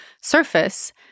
surface